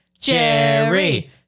Jerry